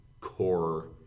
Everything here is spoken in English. core